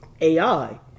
ai